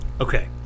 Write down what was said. Okay